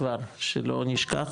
כבר שלא נשכח,